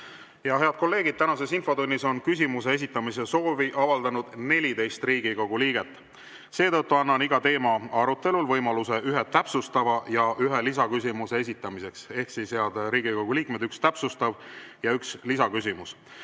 Head kolleegid, tänases infotunnis on küsimuse esitamise soovi avaldanud 14 Riigikogu liiget. Seetõttu annan iga teema arutelul võimaluse ühe täpsustava ja ühe lisaküsimuse esitamiseks. Ehk siis, head Riigikogu liikmed, üks täpsustav ja üks lisaküsimus.